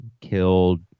killed